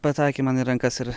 pataikė man į rankas ir